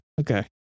Okay